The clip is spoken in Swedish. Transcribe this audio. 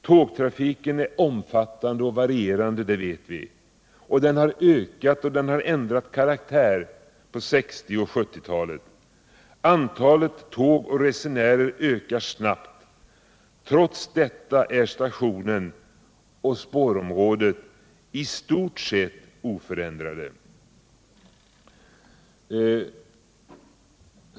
Tågtrafiken är omfattande och varierande, det vet vi, och den har ökat och ändrat karaktär under 1960 och 1970-talen. Antalet tåg och resenärer ökar snabbt. Trots detta är stationen och spårområdet i stort sett oförändrade.